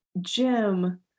Jim